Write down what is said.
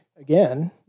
again